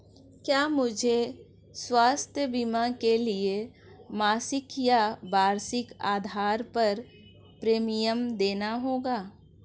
क्या मुझे स्वास्थ्य बीमा के लिए मासिक या वार्षिक आधार पर प्रीमियम देना होगा?